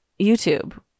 youtube